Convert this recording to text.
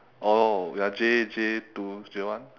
oh you are J J two J one